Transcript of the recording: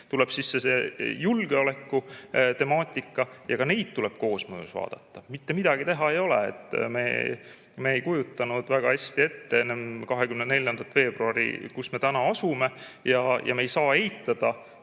tuleb sisse see julgeoleku temaatika – ka neid tuleb koosmõjus vaadata, mitte midagi teha ei ole. Me ei kujutanud väga hästi ette enne 24. veebruari, kus me täna asume, ja me ei saa eitada